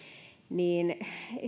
niin